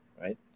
right